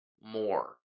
more